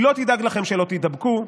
היא לא תדאג לכם שלא תידבקו,